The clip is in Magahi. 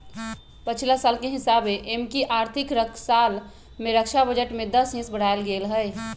पछिला साल के हिसाबे एमकि आर्थिक साल में रक्षा बजट में दस हिस बढ़ायल गेल हइ